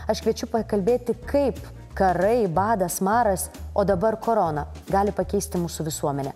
aš kviečiu pakalbėti kaip karai badas maras o dabar korona gali pakeisti mūsų visuomenę